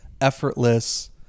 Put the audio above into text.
effortless